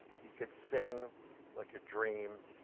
he could sing like a dream.